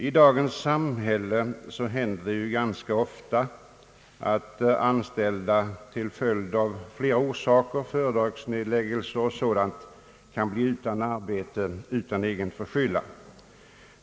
I dagens samhälle händer det ganska ofta att anställda av flera orsaker — företagsnedläggelser och dylikt — kan bli utan arbete utan egen förskyllan.